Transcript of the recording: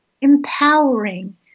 empowering